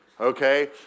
Okay